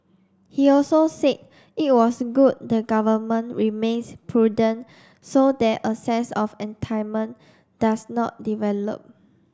he also said it was good the Government remains prudent so that a sense of does not develop